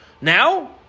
now